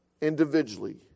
individually